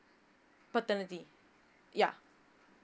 paternity ya